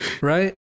right